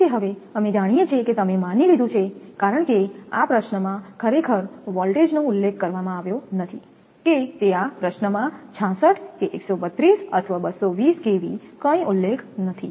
તેથી હવે અમે જાણીએ છીએ કે તમે માની લીધું છે કારણ કે આ પ્રશ્ન માં ખરેખર વોલ્ટેજનો ઉલ્લેખ કરવામાં આવ્યો નથી કે તે આ પ્રશ્ન માં 66 કે 132 અથવા 220 kV કંઈ ઉલ્લેખ નથી